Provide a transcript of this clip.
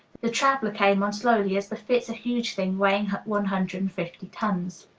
the traveler came on slowly, as befits a huge thing weighing one hundred and fifty tons.